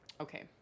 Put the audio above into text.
okay